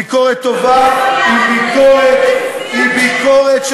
ביקורת טובה היא ביקורת, ואין ביקורת.